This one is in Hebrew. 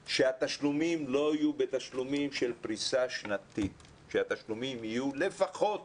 מציע הוא שהתשלומים לא יהיו תשלומים בפריסה שנתית אלא הם יהיו לפחות